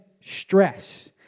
stress